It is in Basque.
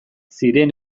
ziren